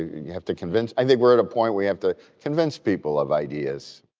you have to convince i think we're at a point we have to convince people of ideas.